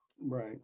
right